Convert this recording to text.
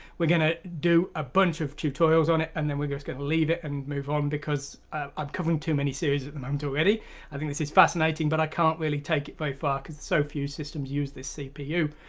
we're going to do a bunch of tutorials on it, and then we're going to going to leave it and move on. because i'm covering too many series at and the moment already i think this is fascinating but i can't really take it very far because so few systems use this cpu.